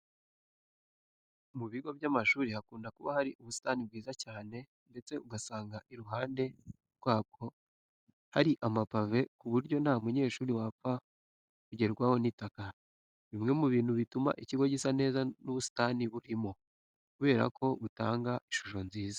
Mu bigo by'amashuri hakunda kuba hari ubusitani bwiza cyane ndetse ugasanga iruhande rwabwo hari amapave ku buryo nta munyeshuri wapfa kugerwaho n'itaka. Bimwe mu bintu bituma ikigo gisa neza n'ubusitani burimo kubera ko butanga ishusho nziza.